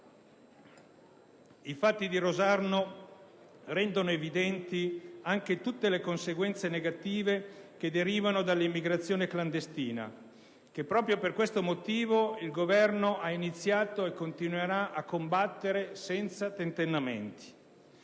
I fatti di Rosarno rendono evidenti anche tutte le conseguenze negative che derivano dall'immigrazione clandestina che, proprio per questo motivo, il Governo ha iniziato e continuerà a combattere senza tentennamenti.